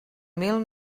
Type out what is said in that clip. mil